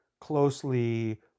closely